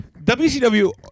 WCW